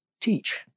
teach